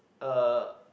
uh